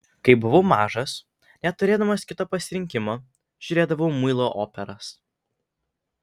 kai buvau mažas neturėdamas kito pasirinkimo žiūrėdavau muilo operas